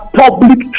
public